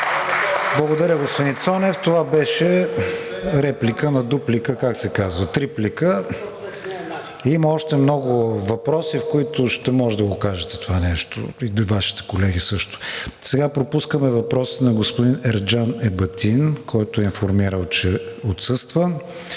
Благодаря Ви, господин Цонев. Това беше реплика на дуплика. Как се казва? – Триплика. Има още много въпроси, в които ще можете да кажете това нещо или Вашите колеги. Пропускаме въпроса на господин Ерджан Ебатин, който е информирал, че отсъства,